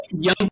young